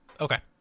Okay